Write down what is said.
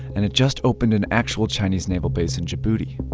and it just opened an actual chinese naval base in djibouti.